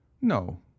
no